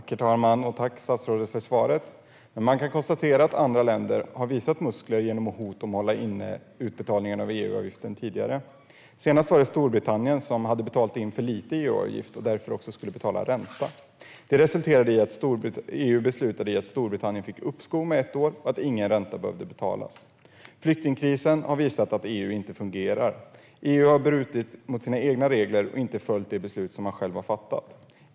Herr talman! Tack, statsrådet, för svaret! Man kan konstatera att andra länder har visat muskler genom hot att hålla inne med utbetalningen av EU-avgiften tidigare. Senast var det Storbritannien som hade betalat in för lite i EU-avgift och därför också skulle betala ränta. Det resulterade i att EU beslutade att Storbritannien fick uppskov med ett år och att ingen ränta behövde betalas. Flyktingkrisen har visat att EU inte fungerar. EU har brutit mot sina egna regler och inte följt de beslut man själv har fattat.